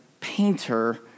Painter